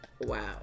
Wow